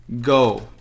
go